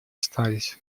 остались